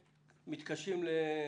שמתקשים.